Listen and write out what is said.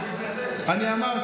אני מתנצל.